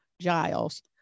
Giles